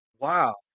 Wow